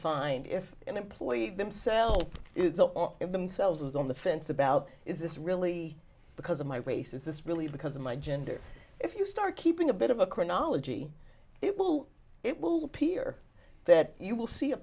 find if an employee themself it's all in themselves was on the fence about is this really because of my race is this really because of my general if you start keeping a bit of a chronology it will it will appear that you will see a